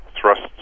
thrusts